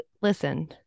listen